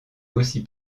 aussi